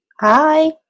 Hi